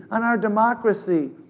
on our democracy.